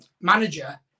manager